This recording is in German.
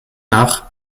nach